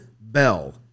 Bell